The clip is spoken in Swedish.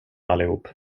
allihop